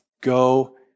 go